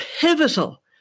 pivotal